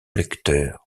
lecteur